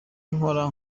nkora